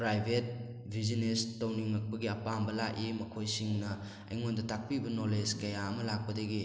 private business ꯅꯧꯅꯤꯡꯂꯛꯄꯒꯤ ꯑꯄꯥꯝꯕ ꯂꯥꯛꯏ ꯃꯈꯣꯏꯁꯤꯡꯅ ꯑꯩꯉꯣꯟꯗ ꯇꯥꯛꯄꯤꯕ ꯅꯣꯂꯦꯖ ꯀꯌꯥ ꯑꯃ ꯂꯥꯛꯄꯗꯒꯤ